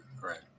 right